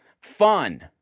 fun